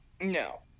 No